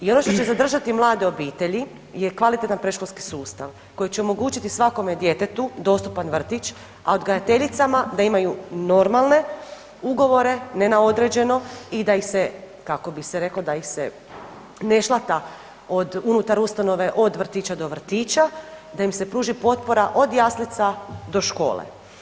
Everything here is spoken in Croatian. I ono što će zadržati mlade obitelji je kvalitetan predškolski sustav koji će omogućiti svakome djetetu dostupan vrtić, a odgajateljicama da imaju normalne ugovore ne na određeno i da ih se kako bi se reklo da ih se ne šlata od unutar ustanove, od vrtića do vrtića, da im se pruži potpora od jaslica do škole.